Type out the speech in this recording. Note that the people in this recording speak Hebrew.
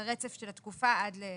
הרצף של התקופה עד ל-2025.